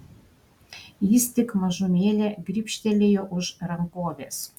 jis tik mažumėlę gribštelėjo už rankovės